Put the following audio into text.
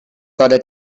gotta